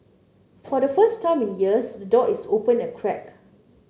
for the first time in years the door is open a crack